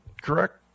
correct